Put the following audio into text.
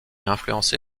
influencé